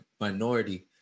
minority